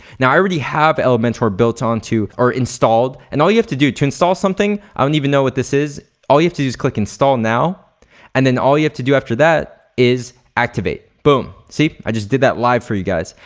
now i already have elementor built onto or installed and all you have to do to install something, i don't even know what this is, all you have to do is click install now and then all you have to do after that is activate. boom. see? i just did that live for you guys.